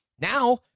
now